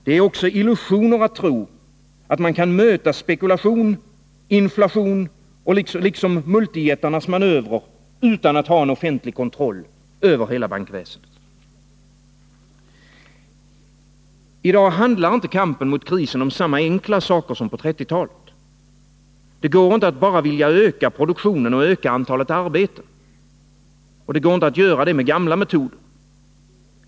Det är också en illusion att tro att man kan möta spekulation, inflation och multijättarnas manövrer utan att ha en offentlig kontroll över hela bankväsendet. I dag handlar inte kampen mot krisen om samma enkla saker som på 1930-talet. Det går inte att bara vilja öka produktionen och öka antalet arbeten. Det går inte att göra med gamla metoder.